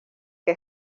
que